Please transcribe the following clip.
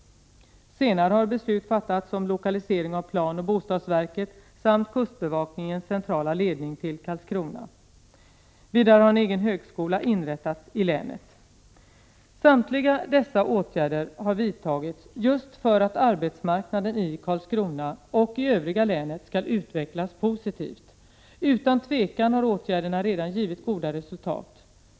Senare har beslut fattats om lokalisering av planoch bostadsverket samt kustbevakningens centrala ledning till Karlskrona. Vidare har en egen högskola inrättats i länet. Samtliga dessa åtgärder har vidtagits just för att arbetsmarknaden i Karlskrona och i övriga länet skall utvecklas positivt. Utan tvivel har åtgärderna redan givit goda resultat.